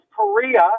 Korea